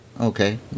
Okay